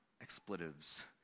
expletives